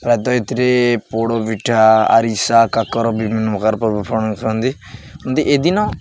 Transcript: ପ୍ରାୟତଃ ଏଥିରେ ପୋଡ଼ ପିଠା ଆରିସା କାକର ବିଭିନ୍ନ ପ୍ରକାର ପର୍ବ ପାଳନ କରନ୍ତି ଏମିତି ଏଦିନ